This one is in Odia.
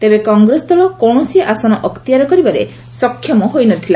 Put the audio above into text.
ତେବେ କଂଗ୍ରେସ ଦଳ କୌଣସି ଆସନ ଅକ୍ତିଆର କରିବାରେ ସକ୍ଷମ ହୋଇନଥିଲା